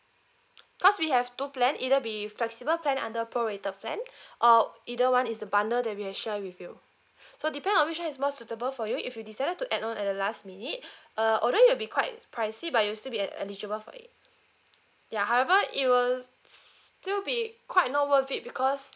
cause we have two plan either be flexible plan under prorated plan or either one is the bundle that we have share with you so depend on which plan is more suitable for you if you decided to add on at the last minute uh although you'll be quite pricey but you still be at eligible for it ya however it was still be quite not worth it because